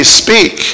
speak